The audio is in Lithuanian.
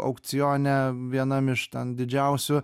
aukcione vienam iš ten didžiausių